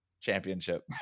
championship